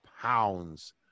pounds